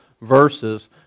verses